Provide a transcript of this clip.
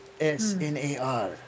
S-N-A-R